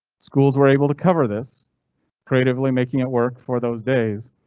schools were able to cover this creatively, making it work for those days,